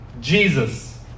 Jesus